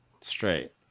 straight